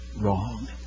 wrong